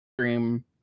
stream